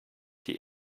die